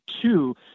two